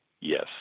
Yes